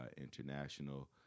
international